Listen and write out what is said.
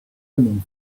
women